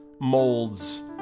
molds